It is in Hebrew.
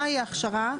מהי ההכשרה,